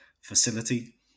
facility